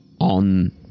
on